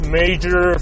major